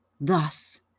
Thus